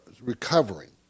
recovering